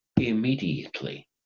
immediately